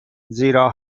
زیرا